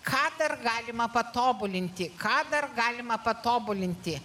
ką dar galima patobulinti ką dar galima patobulinti